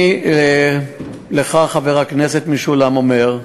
אני אומר לך, חבר הכנסת משולם נהרי,